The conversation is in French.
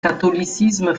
catholicisme